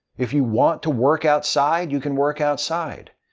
if you want to work outside, you can work outside.